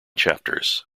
chapters